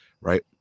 right